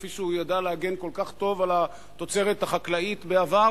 כפי שהוא ידע להגן כל כך טוב על התוצרת החקלאית בעבר.